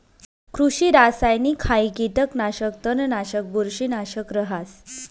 कृषि रासायनिकहाई कीटकनाशक, तणनाशक, बुरशीनाशक रहास